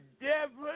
devil